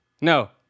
No